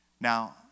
Now